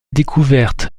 découverte